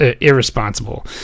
irresponsible